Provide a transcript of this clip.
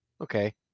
okay